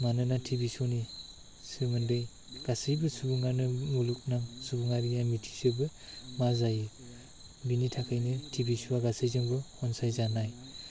मानोना टिभि श'नि सोमोन्दै गासैबो सबुङानो मुलुगनां सुबुङारिया मिथि जोबो मा जायो बिनि थाखायनो टिभि श'वा गासैजोंबो अनसायजानाय